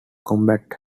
combat